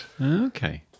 okay